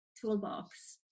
toolbox